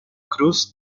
cruz